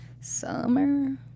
Summer